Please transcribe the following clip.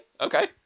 Okay